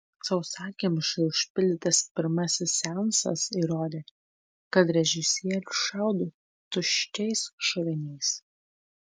sausakimšai užpildytas pirmasis seansas įrodė kad režisierius šaudo tuščiais šoviniais